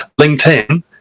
LinkedIn